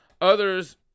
Others